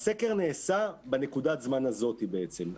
הסקר נעשה בנקודת הזמן הזאת בעצם.